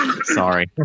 Sorry